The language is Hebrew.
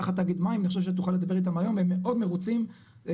תחת תאגיד מים אני חושב שתוכל לדבר איתם היום והם מאוד מרוצים בגלל